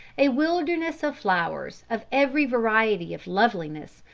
a wilderness of flowers, of every variety of loveliness,